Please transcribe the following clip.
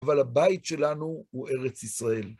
אבל הבית שלנו הוא ארץ ישראל.